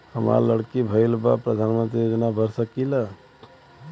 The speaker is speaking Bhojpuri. हमार लड़की भईल बा प्रधानमंत्री योजना भर सकीला?